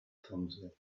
clumsily